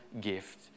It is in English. gift